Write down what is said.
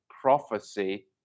prophecy